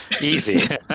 easy